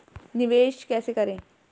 निवेश कैसे करें?